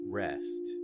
rest